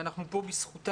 אנחנו פה בזכותם